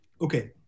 okay